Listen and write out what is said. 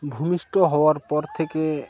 ভূমিষ্ঠ হওয়ার পর থেকে